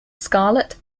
scarlett